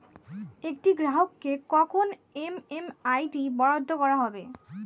একটি গ্রাহককে কখন এম.এম.আই.ডি বরাদ্দ করা হবে?